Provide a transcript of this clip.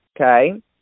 okay